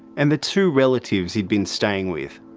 and the two relatives he'd been staying with.